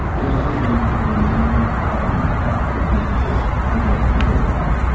the idea of being able to remove the barriers to accessing support is what this is all about.